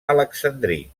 alexandrí